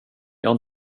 jag